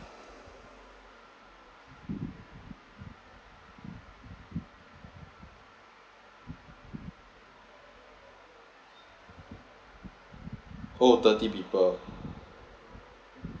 oh thirty people